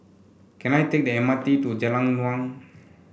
can I take the M R T to Jalan Naung